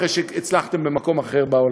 אחרי שהצלחתם במקום אחר בעולם.